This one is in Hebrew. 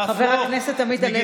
חבר הכנסת עמית הלוי, בבקשה.